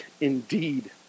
indeed